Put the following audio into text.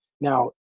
Now